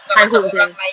high hopes eh